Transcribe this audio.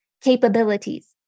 capabilities